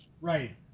Right